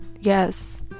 yes